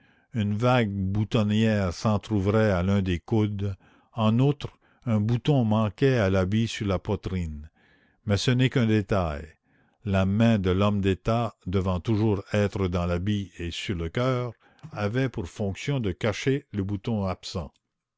une vague boutonnière s'entrouvrait à l'un des coudes en outre un bouton manquait à l'habit sur la poitrine mais ce n'est qu'un détail la main de l'homme d'état devant toujours être dans l'habit et sur le coeur avait pour fonction de cacher le bouton absent